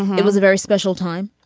it was a very special time.